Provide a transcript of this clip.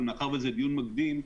אבל מאחר שזה דיון מקדים,